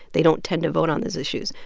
they don't tend to vote on those issues.